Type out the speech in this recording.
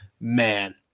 man